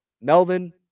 Melvin